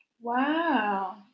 Wow